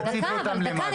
תציג אותם למד"א.